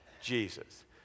Jesus